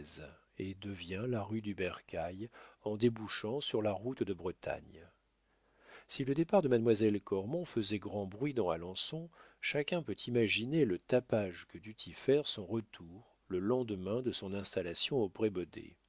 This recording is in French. et devient la rue du bercail en débouchant sur la route de bretagne si le départ de mademoiselle cormon faisait grand bruit dans alençon chacun peut imaginer le tapage que dut y faire son retour le lendemain de son installation au